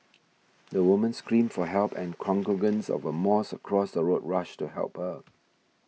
the woman screamed for help and congregants of a mosque across the road rushed to help her